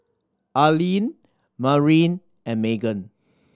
Allean Marin and Magen